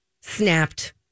snapped